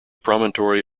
promontory